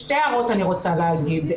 שתי הערות אני רוצה להעיר.